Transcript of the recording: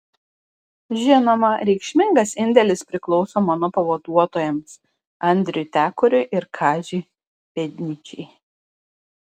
žinoma reikšmingas indėlis priklauso mano pavaduotojams andriui tekoriui ir kaziui pėdnyčiai